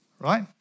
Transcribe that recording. right